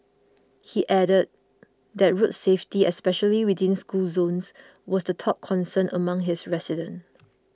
he added that road safety especially within school zones was the top concern among his residents